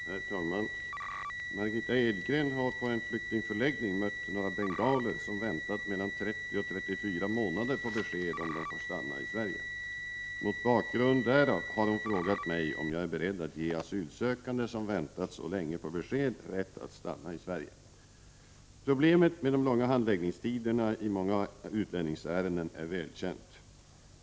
Herr talman! Margitta Edgren har på en flyktingförläggning mött några bengaler som väntat mellan 30 och 34 månader på besked om de får stanna i Sverige. Mot bakgrund därav har hon frågat mig om jag är beredd att ge asylsökande som väntat så länge på besked rätt att stanna i Sverige. Problemet med de långa handläggningstiderna i många utlänningsärenden är välkänt.